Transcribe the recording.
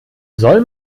soll